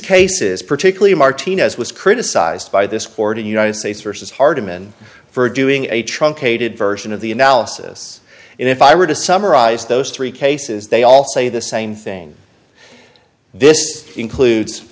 cases particularly martinez was criticized by this forty united states versus hardiman for doing a truncated version of the analysis and if i were to summarize those three cases they all say the same thing this includes